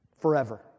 forever